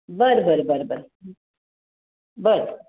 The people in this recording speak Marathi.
बरं बरं बरं बरं बरं